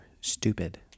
stupid